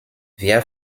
via